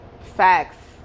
Facts